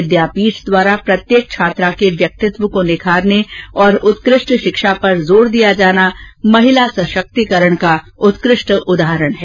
विद्यापीठ द्वारा प्रत्येक छात्रा के व्यक्तित्व को निखारने और उत्कष्ट शिक्षा पर जोर दिया जाना महिला सशक्तिकरण का उत्कृष्ट उदाहरण है